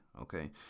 okay